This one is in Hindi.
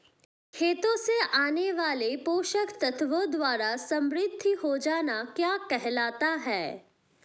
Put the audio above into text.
खेतों से आने वाले पोषक तत्वों द्वारा समृद्धि हो जाना क्या कहलाता है?